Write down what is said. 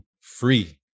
free